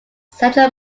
central